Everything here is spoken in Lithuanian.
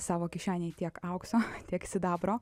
savo kišenėj tiek aukso tiek sidabro